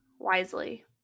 wisely